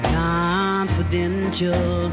confidential